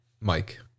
Mike